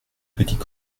petits